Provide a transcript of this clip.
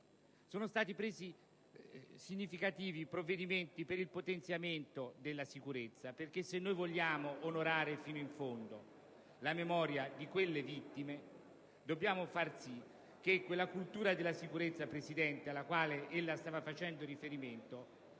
sono stati presi significativi provvedimenti per il potenziamento della sicurezza. Infatti, se noi vogliamo onorare fino in fondo la memoria di quelle vittime, dobbiamo far sì che quella cultura della sicurezza alla quale ella, signor Presidente,